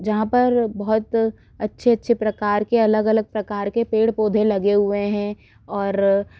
जहाँ पर बहोत अच्छे अच्छे प्रकार के अलग अलग प्रकार के पेड़ पौधे लगे हुए हैं और